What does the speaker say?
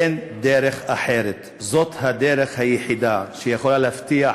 אין דרך אחרת, זאת הדרך היחידה שיכולה להבטיח